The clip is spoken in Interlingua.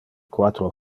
quatro